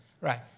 Right